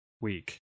week